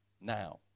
now